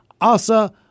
Asa